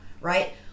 right